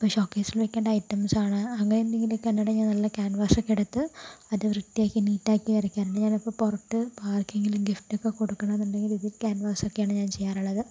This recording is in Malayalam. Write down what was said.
ഇപ്പോൾ ഷോക്കേസിൽ വെക്കണ്ട ഐറ്റംസാണ് അങ്ങനെ എന്തെങ്കിലുവൊക്കെ കണ്ടോണ്ടെ ഞാൻ നല്ല ക്യാൻവാസൊക്കെ എടുത്ത് മറ്റെ വൃത്തിയാക്കി നീറ്റാക്കി വരയ്ക്കാറുണ്ട് ഞാനപ്പോൾ പുറത്ത് ഇപ്പോൾ ആർക്കെങ്കിലും ഗിഫ്റ്റൊക്കെ കൊടുക്കണമെന്ന് ഉണ്ടെങ്കില് ഇതി ക്യാൻവാസൊക്കെയാണ് ഞാൻ ചെയ്യാറുള്ളത്